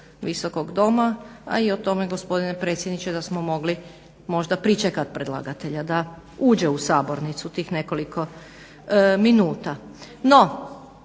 Visokog doma, a i o tome gospodine predsjedniče da smo mogli možda pričekat predlagatelja da uđe u sabornicu tih nekoliko minuta.